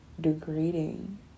degrading